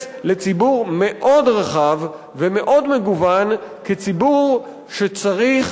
לציבור מאוד רחב ומאוד מגוון כציבור שצריך